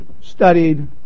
studied